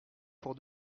pour